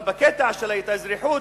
אבל בקטע של ההתאזרחות,